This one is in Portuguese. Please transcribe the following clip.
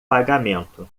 pagamento